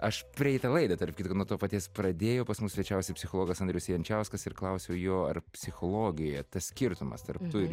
aš praeitą laidą tarp kitko nuo to paties pradėjau pas mus svečiavosi psichologas andrius jančiauskas ir klausiau jo ar psichologijoje tas skirtumas tarp tu ir